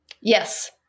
Yes